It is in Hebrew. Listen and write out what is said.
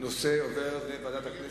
הנושא עובר לוועדת הכנסת.